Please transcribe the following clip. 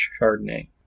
chardonnay